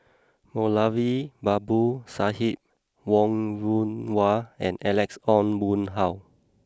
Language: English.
Moulavi Babu Sahib Wong Yoon Wah and Alex Ong Boon Hau